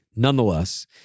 Nonetheless